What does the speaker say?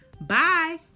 Bye